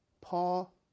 Paul